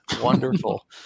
Wonderful